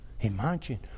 Imagine